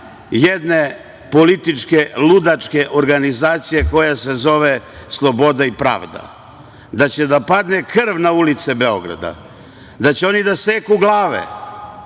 jedne političke ludačke organizacije, koja se zove Sloboda i pravda, da će da padne krv na ulice Beograda, da će oni da seku glave?